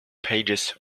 pages